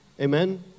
Amen